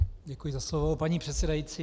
Děkuji za slovo, paní předsedající.